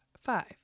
five